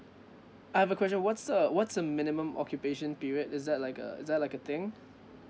I have a question what's the what's the minimum occupation period is that like a is there like a thing